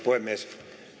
puhemies